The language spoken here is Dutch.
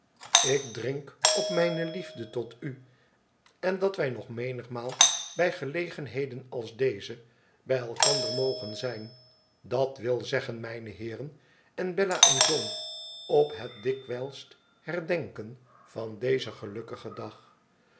ik drink op mijne liefde tot u en dat wij nog menigmaal bij gelegenheden deze bij elkander mogen zijn dat wil zeggen mijne heeren en bella en john op het dikwijls herdenken van dezen gelukkigen dag